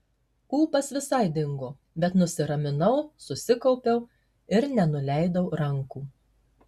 ūpas visai dingo bet nusiraminau susikaupiau ir nenuleidau rankų